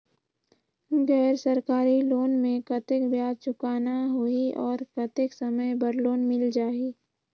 गैर सरकारी लोन मे कतेक ब्याज चुकाना होही और कतेक समय बर लोन मिल जाहि?